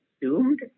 doomed